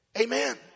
Amen